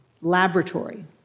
laboratory